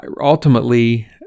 ultimately